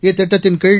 இத்திட்டத்தின்கீழ்